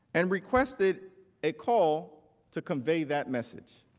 and requested a call to convey that message.